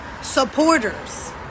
supporters